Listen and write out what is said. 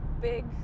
Big